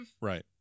Right